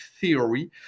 theory